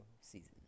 season